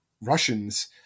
Russians